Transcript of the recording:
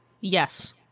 Yes